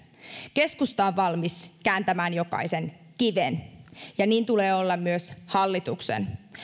keskusta on valmis kääntämään jokaisen kiven ja niin tulee olla myös hallituksen